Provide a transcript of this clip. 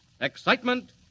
Excitement